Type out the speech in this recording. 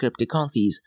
cryptocurrencies